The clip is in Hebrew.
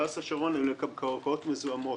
אלה קרקעות מזוהמות.